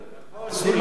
אסור לנצל אותם.